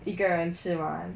一个人吃完